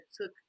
took